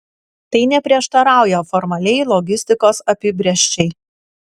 tai neprieštarauja formaliai logistikos apibrėžčiai